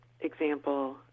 example